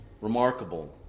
remarkable